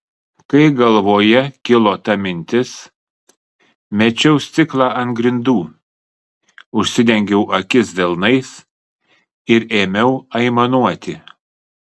kai galvoje kilo ta mintis mečiau stiklą ant grindų užsidengiau akis delnais ir ėmiau aimanuoti